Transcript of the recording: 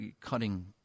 cutting